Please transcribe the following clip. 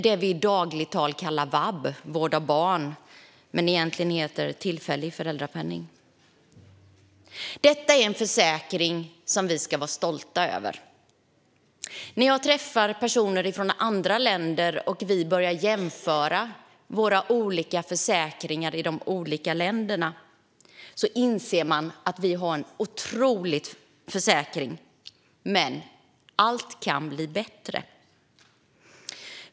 Det är vad vi i dagligt tal kallar vab, vård av barn, men som egentligen heter tillfällig föräldrapenning. Detta är en försäkring som vi ska vara stolta över. När jag träffat personer från andra länder och vi börjar jämföra våra olika försäkringar i de olika länderna inser man att vi har en otrolig försäkring. Men allt kan bli bättre.